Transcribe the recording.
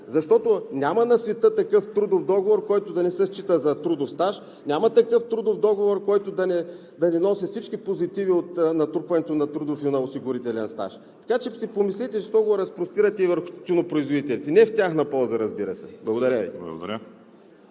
Защото няма на света такъв трудов договор, който да не се счита за трудов стаж. Няма такъв трудов договор, който да не носи всички позитиви от натрупването на трудов и на осигурителен стаж! Така че си помислете защо го разпростирате и върху тютюнопроизводителите! Не е в тяхна полза, разбира се. Благодаря Ви.